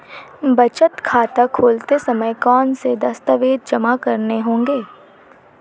बचत खाता खोलते समय कौनसे दस्तावेज़ जमा करने होंगे?